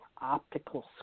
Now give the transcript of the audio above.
optical